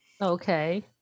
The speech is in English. okay